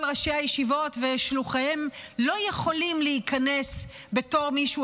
ראשי הישיבות ושילוחיהם לא יכולים להיכנס בתור מישהו